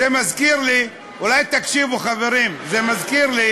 זה מזכיר לי, אולי תקשיבו, חברים, זה מזכיר לי